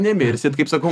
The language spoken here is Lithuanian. nemirsit kaip sakau